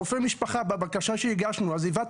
רופא המשפחה בבקשה שהגשנו כתב: "עזיבת